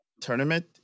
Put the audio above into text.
tournament